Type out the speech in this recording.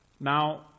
Now